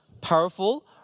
powerful